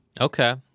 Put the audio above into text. Okay